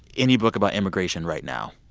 any book about immigration right now,